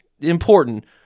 important